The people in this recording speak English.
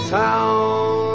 town